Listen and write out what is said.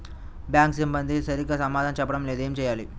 Bank సిబ్బంది సరిగ్గా సమాధానం చెప్పటం లేదు ఏం చెయ్యాలి?